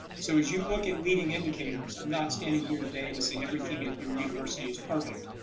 so as you look at leading indicators, i'm not standing here today to say everything at your university is perfect.